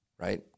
right